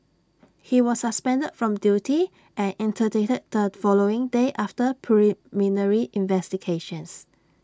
he was suspended from duty and interdicted the following day after preliminary investigations